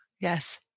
Yes